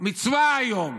מצווה היום.